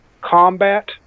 combat